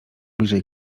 bliżej